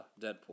Deadpool